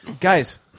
Guys